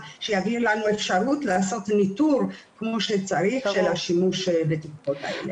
אפשרות לעשות ניטור כמו שצריך של השימוש בתרופות האלה.